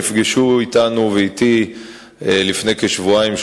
נפגשו אתי לפני כשבועיים,